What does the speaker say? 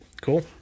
Cool